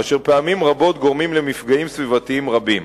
אשר פעמים רבות גורמים למפגעים סביבתיים רבים.